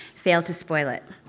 failed to spoil it.